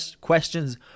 questions